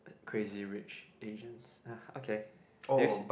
Crazy-Rich-Asians ah okay did you